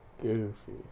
Goofy